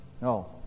No